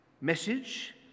message